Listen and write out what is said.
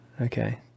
Okay